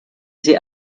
sie